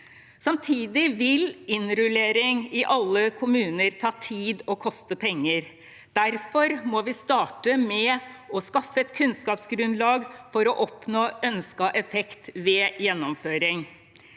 Samtidig vil innrullering i alle kommuner ta tid og koste penger. Derfor må vi starte med å skaffe et kunnskapsgrunnlag, for å oppnå ønsket effekt ved gjennomføringen.